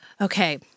Okay